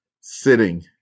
sitting